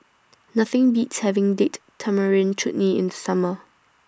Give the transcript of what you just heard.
Nothing Beats having Date Tamarind Chutney in The Summer